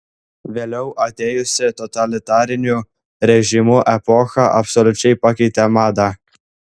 vėliau atėjusi totalitarinių režimų epocha absoliučiai pakeitė madą